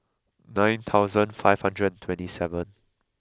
nine thousand five hundred and twenty seven